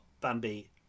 Bambi